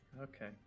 Okay